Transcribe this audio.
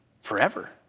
forever